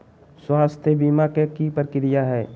स्वास्थ बीमा के की प्रक्रिया है?